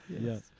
Yes